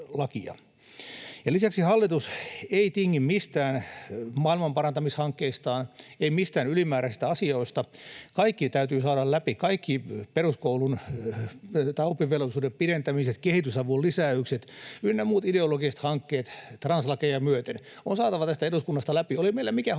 Lisäksi hallitus ei tingi mistään maailmanparantamishankkeistaan, ei mistään ylimääräisistä asioista. Kaikki täytyy saada läpi, kaikki oppivelvollisuuden pidentämiset, kehitysavun lisäykset ynnä muut ideologiset hankkeet translakeja myöten on saatava tästä eduskunnasta läpi. Oli meillä mikä tahansa